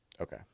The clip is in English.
Okay